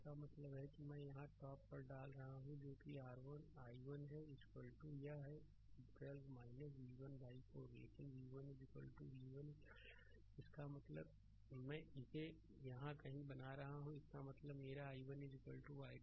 इसका मतलब है कि मैं यहाँ टॉप पर डाल रहा हूँ जो कि r i1 है यह है 12 v1 बाइ 4 लेकिन v1 v1 v इसका मतलब है मैं इसे यहां कहीं बना रहा हूं इसका मतलब है मेरा i1 12 v 4